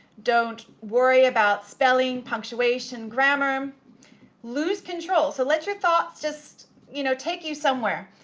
don't worry about spelling, punctuation, grammar lose control. so let your thoughts just you know take you somewhere.